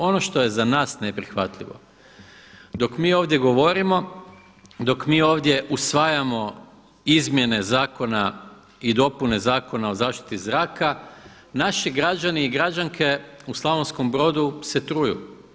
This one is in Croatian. Ono što je za nas neprihvatljivo, dok mi ovdje govorimo, dok mi ovdje usvajamo izmjene zakona i dopune Zakona o zaštiti zraka, naši građani i građanke u Slavonskom Brodu se truju.